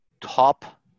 top